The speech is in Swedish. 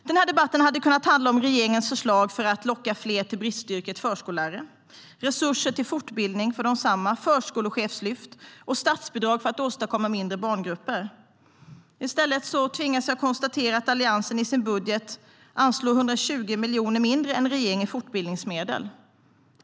Den här debatten hade kunnat handla om regeringens förslag för att locka fler till bristyrket förskollärare, om resurser till fortbildning för desamma, om förskolechefslyft och om statsbidrag för att åstadkomma mindre grupper.I stället tvingas jag konstatera att Alliansen i sin budget anslår 127 miljoner mindre än regeringen i fortbildningsmedel.